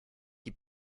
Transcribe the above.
die